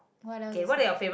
what else is nice